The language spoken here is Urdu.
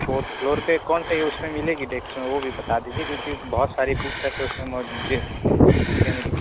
فورتھ فلور پہ کون سا ہیں اس میں ملے گی ڈیسک میں وہ بھی بتا دیجیے کیونکہ بہت ساری بکس ہے تو اس میں مجھے بک ڈے میں